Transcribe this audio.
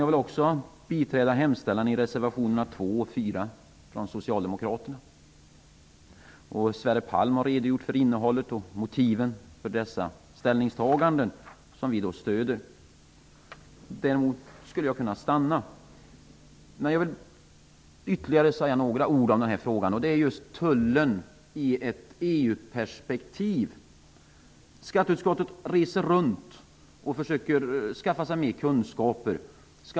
Jag vill också biträda hemställan i de socialdemokratiska reservationerna 2 och 4. Sverre Palm har redogjort för innehållet i och motiven för ställningstagandena i dessa. Jag skulle kunna stanna vid detta, men jag vill säga några ytterligare ord om tullen i ett EU-perspektiv. Skatteutskottet reser runt och försöker skaffa sig mer kunskaper.